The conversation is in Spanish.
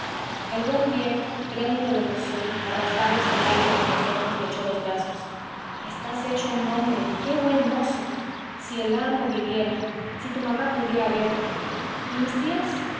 el buen viejo trémulo de emoción arrasados en lágrimas los ojos me echó los brazos estás hecho un hombre y qué buen mozo si el amo viviera si tu mamá pudiera verte y mis tías